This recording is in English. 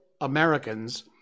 Americans